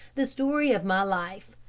the story of my life.